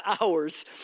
hours